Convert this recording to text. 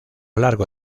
largo